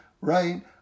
right